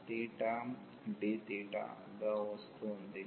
1 dθ గా వస్తోంది